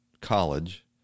college